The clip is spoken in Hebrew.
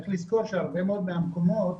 צריך לזכור שהרבה מאוד מהמקומות,